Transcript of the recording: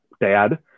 Dad